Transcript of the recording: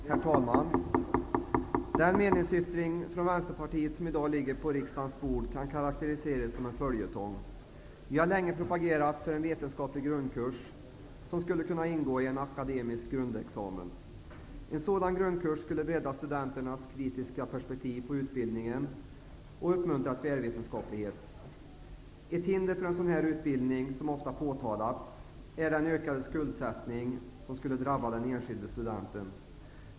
Herr talman! Den meningsyttring från Vänsterpartiet som i dag ligger på riksdagens bord kan karakteriseras som en följetong. Vi har länge propagerat för en vetenskaplig grundkurs som skulle kunna ingå i en akademisk grundexamen. En sådan grundkurs skulle bredda studenternas kritiska perspektiv på utbildningen och uppmuntra till tvärvetenskaplighet. Ett hinder för en sådan här utbildning som ofta påtalas är den ökade skuldsättning som skulle drabba den enskilde studenten.